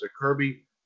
Kirby